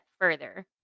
further